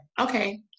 okay